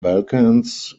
balkans